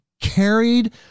carried